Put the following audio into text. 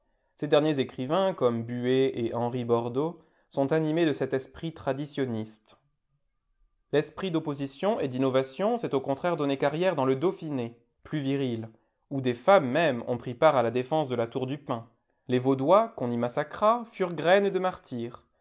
ses derniers écrivains comme buet et henry bordeaux sont animés de cet esprit traditionniste l'esprit d'opposition et d'innovation s'est au contraire donné carrière dans le dauphiné plus viril oi i des femmes mêmes ont pris part à la défense de la tour du pin les vaudois qu'on y massacra furent graine de martyrs